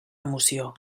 emoció